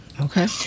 Okay